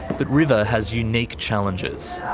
but river has unique challenges.